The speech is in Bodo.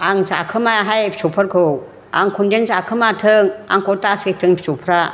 आं जाखोमायाहाय फिसौफोरखौ आंखौनोदेन जाखोमाथों आंखौ दासैथों फिसौफ्रा